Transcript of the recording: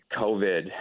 COVID